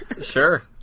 Sure